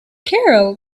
carol